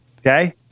okay